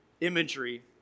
imagery